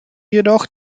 jedoch